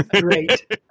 Great